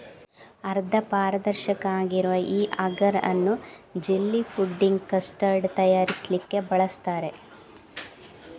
ಅರ್ಧ ಪಾರದರ್ಶಕ ಆಗಿರುವ ಈ ಅಗರ್ ಅನ್ನು ಜೆಲ್ಲಿ, ಫುಡ್ಡಿಂಗ್, ಕಸ್ಟರ್ಡ್ ತಯಾರಿಸ್ಲಿಕ್ಕೆ ಬಳಸ್ತಾರೆ